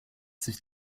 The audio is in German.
sich